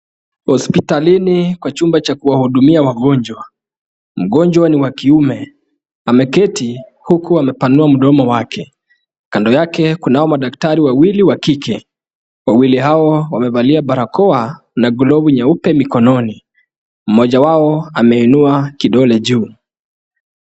Hospitalini kwa chumba cha kuwahudumia wagonjwa. Mgonjwa ni wa kiume, ameketi huku amepanua mdomo wake. Kando yake kunao madaktari wawili wa kike. Wawili hao wamevalia barakoa, na glovu nyeupe mikononi. Mmoja wao ameinua kidole juu.